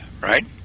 right